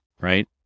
right